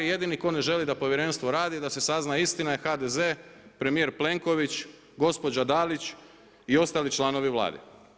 Jedini tko ne želi da povjerenstvo radi i da se sazna istina je HDZ, premijer Plenković, gospođa Dalić i ostali članovi Vlade.